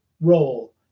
role